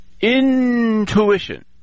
Intuition